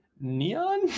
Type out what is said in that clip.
neon